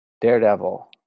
daredevil